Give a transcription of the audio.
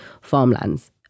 farmlands